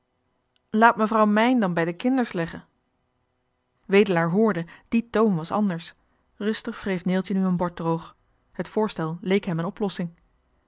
laat mevrouw mijn dan bij de kinders legge wedelaar hoorde die toon was anders rustig wreef neeltje nu een bord droog het voorstel leek hem een oplossing